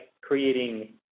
creating